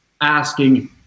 asking